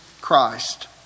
Christ